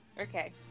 Okay